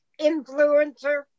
influencer